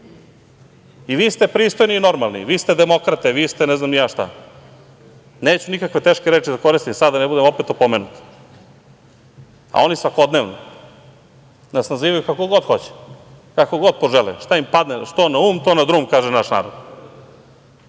I vi ste pristojni i normalni? Vi ste demokrate? Vi ste ne znam ni ja šta. Neću nikakve teške reči da koristim sada da ne budem opet opomenut, a oni svakodnevno nas nazivaju kako god hoće, kako god požele, šta im padne na pamet, što na um, to na drum, što kaže naš